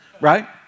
right